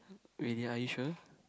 really are you sure